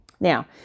Now